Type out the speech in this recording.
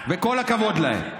וכל הכבוד להם.